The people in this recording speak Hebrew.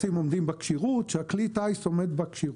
שהטייסים עומדים בכשירות, שכלי הטיס עומד בכשירות.